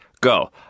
go